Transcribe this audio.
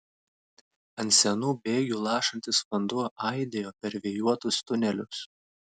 ant senų bėgių lašantis vanduo aidėjo per vėjuotus tunelius